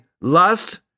lust